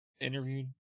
Interviewed